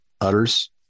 utters